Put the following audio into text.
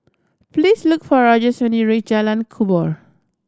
please look for Rogers when you reach Jalan Kubor